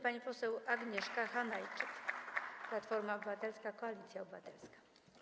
Pani poseł Agnieszka Hanajczyk, Platforma Obywatelska - Koalicja Obywatelska.